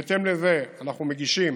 בהתאם לזה אנחנו מגישים